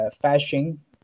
fashion